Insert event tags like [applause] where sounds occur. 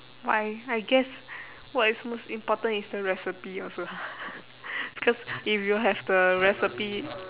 my I guess what is most important is the recipe also [noise] because if you have the recipe